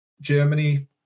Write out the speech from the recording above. Germany